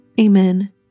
Amen